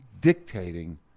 dictating